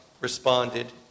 responded